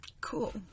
Cool